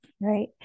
Right